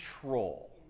control